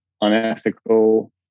unethical